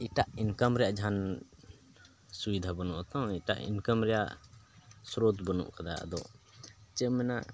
ᱮᱴᱟᱜ ᱤᱱᱠᱟᱢ ᱨᱮᱭᱟᱜ ᱡᱟᱦᱟᱱ ᱥᱩᱵᱤᱫᱷᱟ ᱵᱟᱹᱱᱩᱜ ᱟᱛᱚ ᱮᱴᱟᱜ ᱤᱱᱠᱟᱢ ᱨᱮᱭᱟᱜ ᱥᱨᱳᱛ ᱵᱟᱹᱱᱩᱜ ᱠᱟᱫᱟ ᱟᱫᱚ ᱪᱮᱫ ᱮᱢ ᱢᱮᱱᱟ